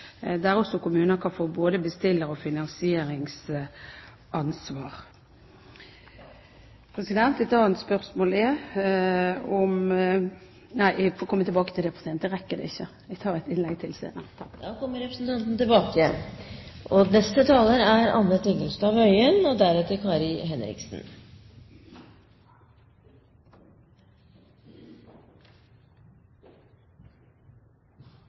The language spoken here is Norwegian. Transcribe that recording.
også kommuner kan få både bestiller- og finansieringsansvar. Et annet spørsmål er om – nei, jeg får komme tilbake til det, president, jeg rekker det ikke. Jeg tar et innlegg til senere. Da kommer representanten Dåvøy tilbake